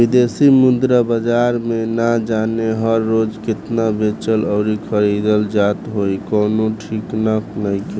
बिदेशी मुद्रा बाजार में ना जाने हर रोज़ केतना बेचल अउरी खरीदल जात होइ कवनो ठिकाना नइखे